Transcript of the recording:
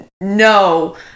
No